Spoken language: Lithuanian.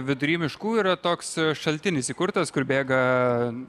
vidury miškų yra toks šaltinis įkurtas kur bėga